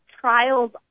trials